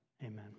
Amen